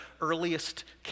earliest